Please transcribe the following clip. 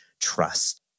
trust